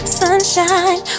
sunshine